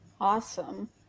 Awesome